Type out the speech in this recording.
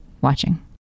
watching